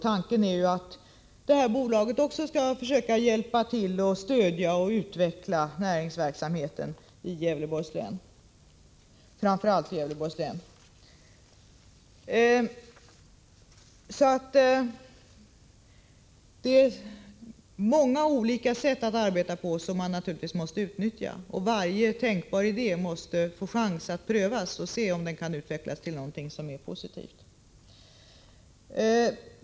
Tanken är att detta bolag också skall försöka hjälpa, stödja och utveckla näringsverksamheten i framför allt Gävleborgs län. Det finns många olika sätt att arbeta på som man naturligtvis måste utnyttja, och varje tänkbar idé måste få chans att prövas så att man ser om den kan utvecklas till något positivt.